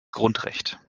grundrecht